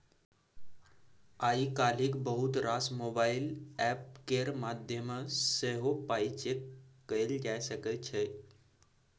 आइ काल्हि बहुत रास मोबाइल एप्प केर माध्यमसँ सेहो पाइ चैक कएल जा सकै छै